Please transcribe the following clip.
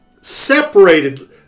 separated